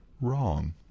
wrong